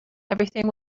everything